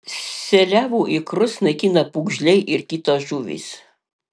seliavų ikrus naikina pūgžliai ir kitos žuvys